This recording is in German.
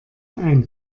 ein